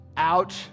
ouch